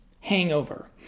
hangover